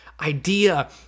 idea